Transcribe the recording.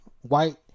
White